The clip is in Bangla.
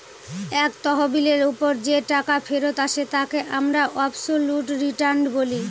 এক তহবিলের ওপর যে টাকা ফেরত আসে তাকে আমরা অবসোলুট রিটার্ন বলি